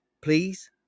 Please